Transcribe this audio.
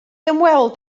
ymweld